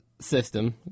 system